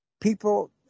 people